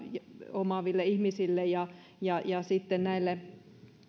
omaaville ihmisille ja ja sitten näille